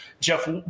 Jeff